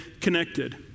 connected